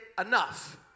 enough